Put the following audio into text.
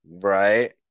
Right